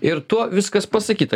ir tuo viskas pasakyta